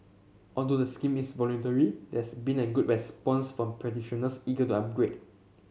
although the scheme is voluntary there has been a good response from practitioners eager to upgrade